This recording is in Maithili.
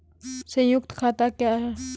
संयुक्त खाता क्या हैं?